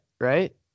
right